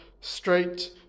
straight